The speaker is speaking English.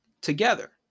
together